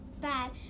bad